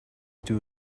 two